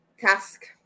task